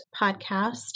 podcast